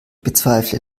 bezweifle